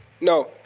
No